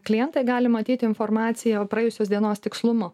klientai gali matyti informaciją praėjusios dienos tikslumu